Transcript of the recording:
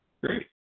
Great